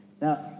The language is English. Now